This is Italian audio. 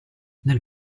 nel